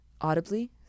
audibly